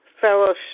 fellowship